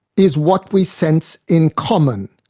is what we sense in common,